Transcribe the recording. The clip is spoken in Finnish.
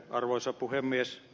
arvoisa puhemies